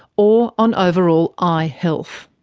or on overall eye health.